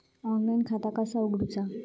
Online खाता कसा उगडूचा?